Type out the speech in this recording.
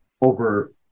over